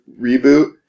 reboot